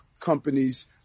companies